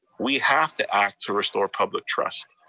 we have to act to restore public trust.